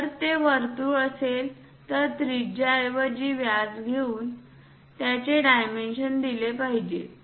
जर ते वर्तुळ असेल तर त्रिज्या ऐवजी व्यास देऊन त्याचे डायमेन्शन दिले पाहिजे